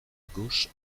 gauche